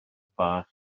bach